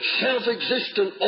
self-existent